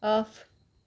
off